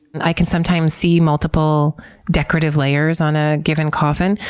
i can sometimes see multiple decorative layers on a given coffin.